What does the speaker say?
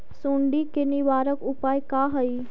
सुंडी के निवारक उपाय का हई?